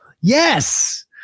Yes